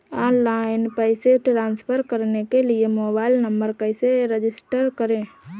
Online पैसे transfer करने के लिए मोबाइल नंबर कैसे रजिस्टर करें?